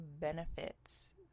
benefits